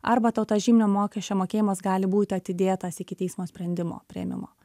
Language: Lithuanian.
arba tau tas žyminio mokesčio mokėjimas gali būti atidėtas iki teismo sprendimo priėmimo